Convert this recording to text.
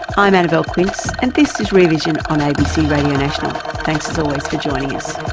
i'm annabelle quince and this is rear vision on abc radio national. thanks as always for joining us